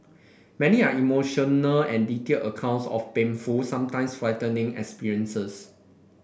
many are emotional and detailed accounts of painful sometimes frightening experiences